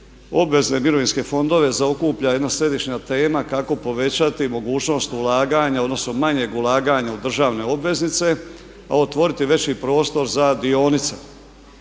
obvezne mirovinske fondove zaokuplja jedna središnja tema kako povećati mogućnost ulaganja odnosno manjeg ulaganja u državne obveznice a otvoriti veći prostor za dionice.